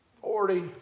Forty